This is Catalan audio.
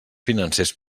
financers